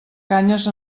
canyes